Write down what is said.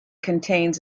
contains